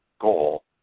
goal